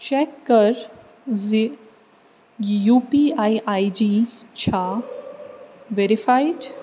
check کَر زِِ یہِ U P I ID چھا ویرفایِڈ